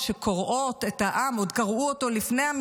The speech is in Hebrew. שאתה אוהב את העם שלך יותר ממה שאתה